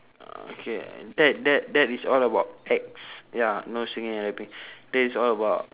okay that that that is all about ex ya no singing and rapping that is all about